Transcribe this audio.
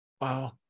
Wow